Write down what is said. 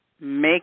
make